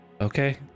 Okay